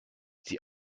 die